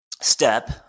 step